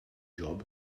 job